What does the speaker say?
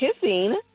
kissing